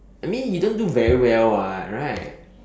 I mean you don't do very well [what] right